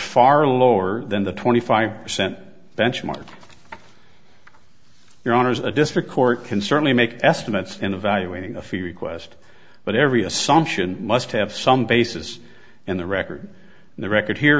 far lower than the twenty five percent benchmark your honour's a district court can certainly make estimates in evaluating a few request but every assumption must have some basis in the record and the record here